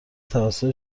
توسط